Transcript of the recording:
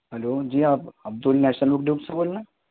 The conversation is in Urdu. ہلو جی آپ عبدل نیشنل بک ڈپو سے بول رہے ہیں